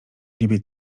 niebie